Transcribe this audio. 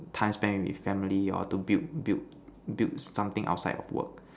time spent with family or to build build build something outside of work